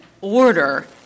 order